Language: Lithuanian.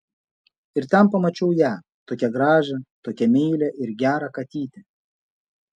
ir ten pamačiau ją tokią gražią tokią meilią ir gerą katytę